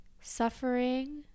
suffering